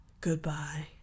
Goodbye